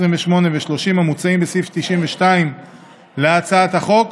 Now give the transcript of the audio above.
28 ו-30 המוצעים בסעיף 92 להצעת החוק,